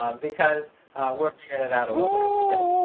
because we're figuring it out a little bit as we go.